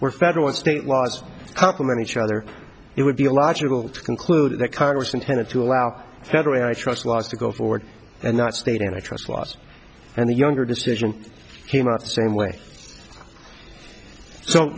were federal and state laws complement each other it would be logical to conclude that congress intended to allow federal antitrust laws to go forward and not state and i trust laws and the younger decision came out the same way so